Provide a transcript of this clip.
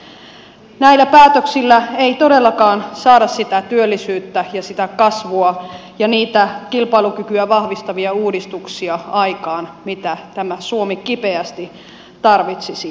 näillä päätöksillä ei todellakaan saada aikaan sitä työllisyyttä ja sitä kasvua ja niitä kilpailukykyä vahvistavia uudistuksia mitä suomi kipeästi tarvitsisi